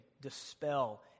dispel